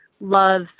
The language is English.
love